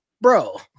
Bro